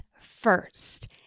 first